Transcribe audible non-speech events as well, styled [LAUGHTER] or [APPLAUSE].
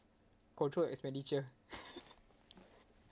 control expenditure [LAUGHS]